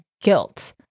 guilt